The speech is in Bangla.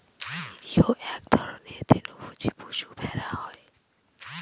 নিরীহ এক ধরনের তৃণভোজী পশু ভেড়া হয়